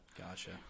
Gotcha